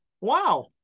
Wow